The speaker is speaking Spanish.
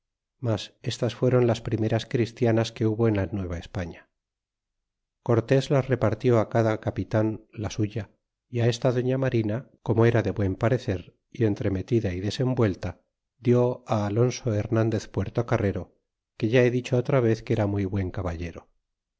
mas estas fuéron las primeras christianas que hubo en la nueva españa y cortés las repartió á cada capitan la suya y esta doña marina como era de buen parecer y entremetida y desenvuelta dió á alonso hernandez puertocarrero que ya he dicho otra vez que era muy buen caballero